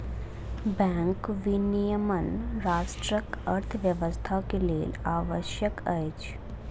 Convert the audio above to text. bank विनियमन राष्ट्रक अर्थव्यवस्था के लेल आवश्यक अछि